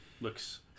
Looks